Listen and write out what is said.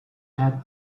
had